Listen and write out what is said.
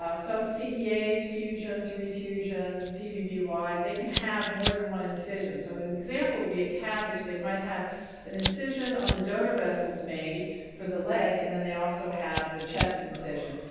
ah some cea's, fusions, refusions, pvby they can have more than one incision. so an example would be a cabg, they might have an incision on the donor vessels made for the leg and then they also have the chest incision.